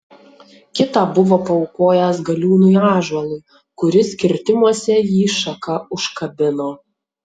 kitą buvo paaukojęs galiūnui ąžuolui kuris kirtimuose jį šaka užkabino